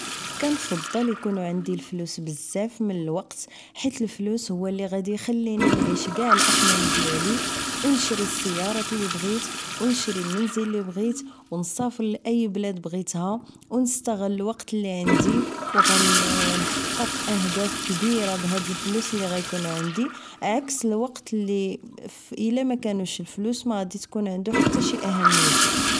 كنفضل اكونو عندي الفلوس بزاف من الوقت حيت الفلوس هما اللي غيخليوني نعيش كاع الاحلام ديالي و نشري السيارات اللي بغيت و نشري المنزل اللي بغيت و نسافر لأي بلاد بغيتها و نستغل الوقت اللي عندي و غن نحقق اهداف كبيرة بهاد الفلوس اللي غيكونو عندي بعكس الوقت اللي الا ماكانوش الفلوس مغتكونش عندو حتى شي اهمية